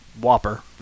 Whopper